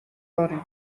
داریم